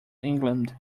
england